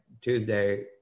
Tuesday